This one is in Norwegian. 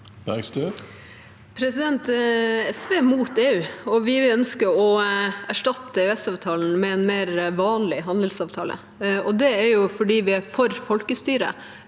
SV er imot EU, og vi ønsker å erstatte EØS-avtalen med en mer vanlig handelsavtale. Det er fordi vi er for folkestyre